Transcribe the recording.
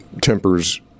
tempers